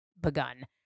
begun